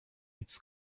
its